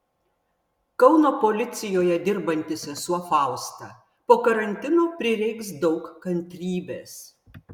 kauno policijoje dirbanti sesuo fausta po karantino prireiks daug kantrybės